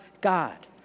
God